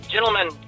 gentlemen